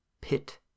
pit